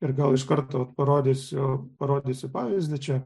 ir gal iš karto parodysiu parodysiu pavyzdį čia